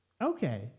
Okay